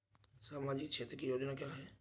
सामाजिक क्षेत्र की योजना क्या है?